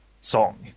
song